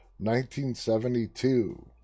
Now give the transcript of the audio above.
1972